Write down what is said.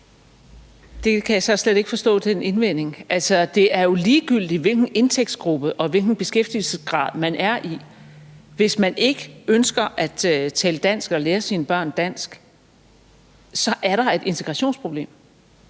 Jeg kan slet ikke forstå den indvending. Det er jo ligegyldigt, hvilken indtægtsgruppe og hvilken beskæftigelsesgrad man har, for hvis man ikke ønsker at tale dansk eller at lære sine børn dansk, så er der et integrationsproblem.